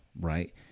right